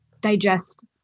digest